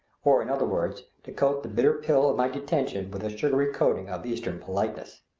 or in other words, to coat the bitter pill of my detention with a sugary coating of eastern politeness.